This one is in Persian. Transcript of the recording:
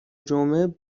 جمعه